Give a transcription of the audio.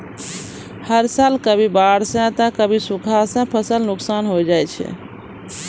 हर साल कभी बाढ़ सॅ त कभी सूखा सॅ फसल नुकसान होय जाय छै